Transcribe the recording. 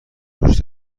گوش